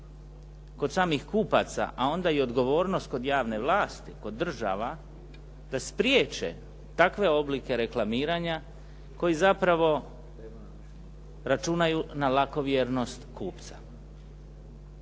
kod samih kupaca, a onda i odgovornost kod javne vlasti, kod država da spriječe takve oblike reklamiranja koji zapravo računaju na lakovjernost kupca.